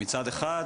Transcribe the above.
מצד אחד,